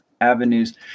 avenues